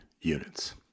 units